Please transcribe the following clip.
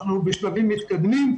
אנחנו בשלבים מתקדמים,